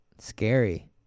scary